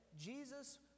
Jesus